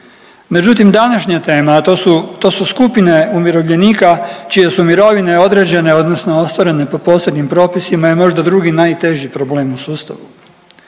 Međutim, današnja tema, a to su skupine umirovljenika čije su mirovine određene odnosno ostvarene po posebnim propisima i možda drugi najteži problem u sustavu.